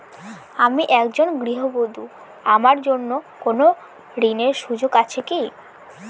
আমি একজন গৃহবধূ আমার জন্য কোন ঋণের সুযোগ আছে কি?